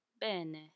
bene